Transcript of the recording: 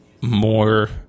more